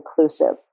inclusive